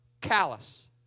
callous